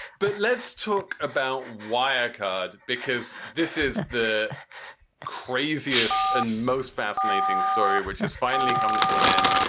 but let's talk about why our card. because this is the craziest and most fascinating story which has finally come to an end.